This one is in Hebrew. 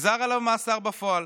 נגזר עליו מאסר בפועל,